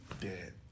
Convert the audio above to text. dead